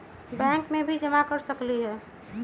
Bank में भी जमा कर सकलीहल?